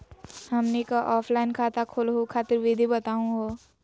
हमनी क ऑफलाइन खाता खोलहु खातिर विधि बताहु हो?